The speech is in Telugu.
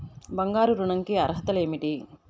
బంగారు ఋణం కి అర్హతలు ఏమిటీ?